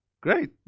Great